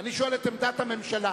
אני שואל את עמדת הממשלה.